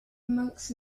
monks